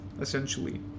essentially